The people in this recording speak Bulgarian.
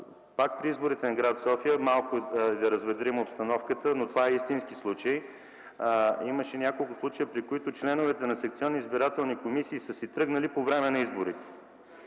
Пак при изборите в гр. София – малко да разведрим обстановката, това е истински случай, имаше няколко случаи, при които членовете на секционни избирателни комисии са си тръгнали по време на изборите.